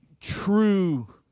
true